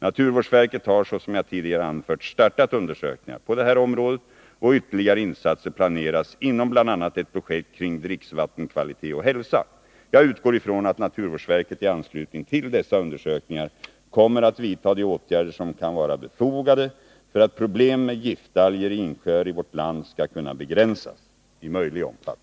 Naturvårdsverket har — såsom jag tidigare anfört — startat undersökningar på detta område, och ytterligare insatser planeras inom bl.a. ett projekt kring dricksvattenkvalitet och hälsa. Jag utgår från att naturvårdsverket i anslutning till dessa undersökningar kommer att vidtaga de åtgärder som kan vara befogade för att problem med giftalger i insjöar i vårt land skall kunna begränsas i möjlig omfattning.